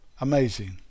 Amazing